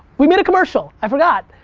we made a commercial. i forgot.